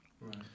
right